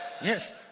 yes